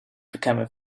becoming